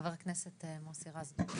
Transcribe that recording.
חבר הכנסת מוסי רז.